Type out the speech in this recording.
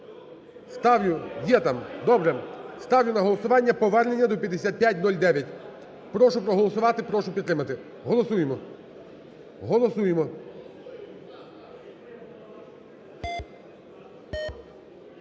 Ставлю на голосування повернення до 5509. Прошу проголосувати. Прошу підтримати. Голосуємо.